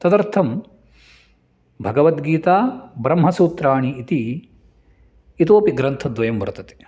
तदर्थं भगवद्गीता ब्रह्मसूत्राणि इति इतोपि ग्रन्थद्वयं वर्तते